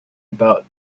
about